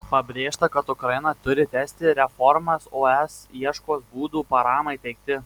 pabrėžta kad ukraina turi tęsti reformas o es ieškos būdų paramai teikti